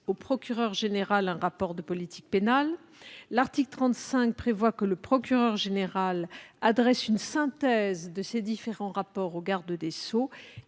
au procureur général un rapport de politique pénale ; l'article 35 prévoit que le procureur général adresse une synthèse de ces rapports au garde des sceaux